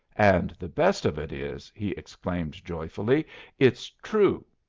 and the best of it is, he exclaimed joyfully it's true!